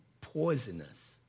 poisonous